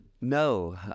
No